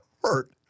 hurt